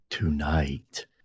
Tonight